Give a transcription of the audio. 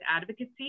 advocacy